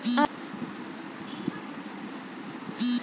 America में कृषक कार्तिक मास मे उत्सव मनबैत अछि